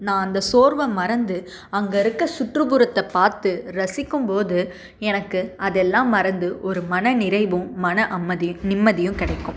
நான் அந்த சோர்வை மறந்து அங்கே இருக்க சுற்றுப்புறத்தை பார்த்து ரசிக்கும்போது எனக்கு அதெல்லாம் மறந்து ஒரு மனநிறைவும் மன அமைதியும் நிம்மதியும் கிடைக்கும்